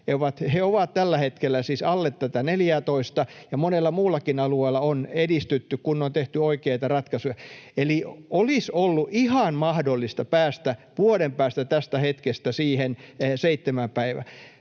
He ovat tällä hetkellä siis alle tätä 14:ää, ja monella muullakin alueella on edistytty, kun on tehty oikeita ratkaisuja. Eli olisi ollut ihan mahdollista päästä vuoden päästä tästä hetkestä siihen seitsemään päivään.